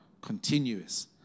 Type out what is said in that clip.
continuous